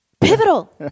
Pivotal